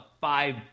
five